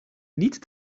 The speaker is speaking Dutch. niet